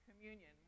communion